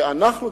שאנחנו,